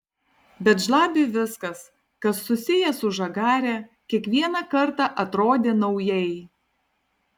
bet žlabiui viskas kas susiję su žagare kiekvieną kartą atrodė naujai